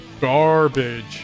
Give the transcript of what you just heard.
garbage